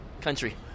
country